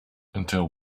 until